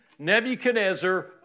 Nebuchadnezzar